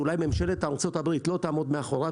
שממשלת ארצות הברית אולי לא תעמוד מאחוריו